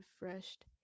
refreshed